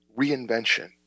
reinvention